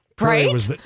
Right